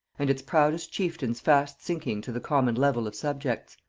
and its proudest chieftains fast sinking to the common level of subjects.